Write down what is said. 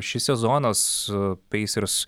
šis sezonas peisers